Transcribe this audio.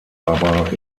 aber